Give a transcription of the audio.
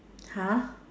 !huh!